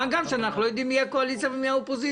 מה גם שאנחנו לא יודעים מי הקואליציה ומי האופוזיציה.